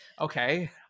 okay